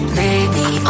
baby